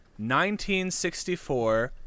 1964